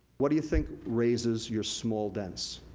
what do you think raises your small dense?